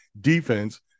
defense